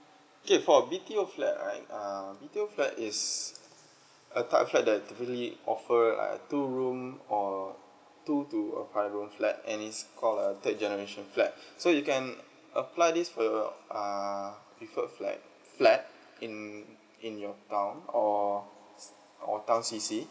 K for B_T_O flat right err B_T_O flat is a type of flat that really offer like a two room or two to uh five room flat and is called a third generation flat so you can apply this for your err preferred flat flat in in your town or or town C_C